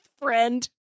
friend